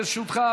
לרשותך,